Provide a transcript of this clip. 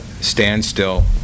standstill